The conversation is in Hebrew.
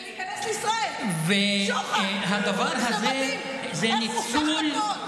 שוחד כדי להיכנס לישראל, הדבר הזה זה ניצול,